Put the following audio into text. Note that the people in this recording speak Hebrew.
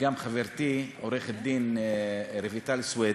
וגם חברתי עורכת-דין רויטל סוֵיד,